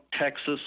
Texas